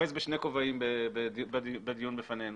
אוחז בשני כובעים בדיון בפנינו,